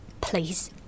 please